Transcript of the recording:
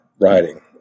writing